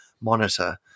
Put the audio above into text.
monitor